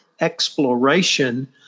exploration